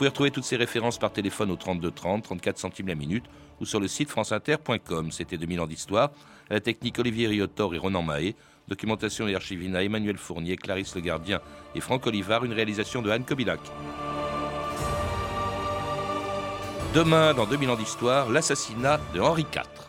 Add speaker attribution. Speaker 1: Vous pouvez retrouver toutes ces références par téléphone au 32 30, 34 centimes la minute, ou sur le site franceinter.com. C'était 2000 ans d'histoire, à la technique Olivier Riotor et Ronan Mahé, documentation et archivina Emmanuel Fournier, Clarisse Le Gardien et Franck Olivard, une réalisation de Anne Kobilac. Demain, dans 2000 ans d'histoire, l'assassinat de Henri IV.